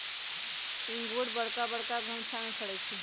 इंगूर बरका बरका घउछामें फ़रै छइ